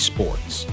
Sports